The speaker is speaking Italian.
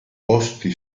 posti